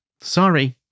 Sorry